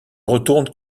retourne